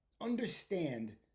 understand